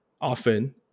often